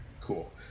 Cool